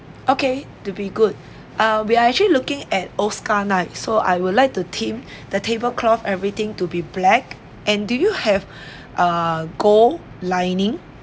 okay to be good uh we are actually looking at oscar night so I would like the team the table cloth everything to be black and do you have a gold lining